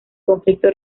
conflicto